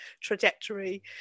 trajectory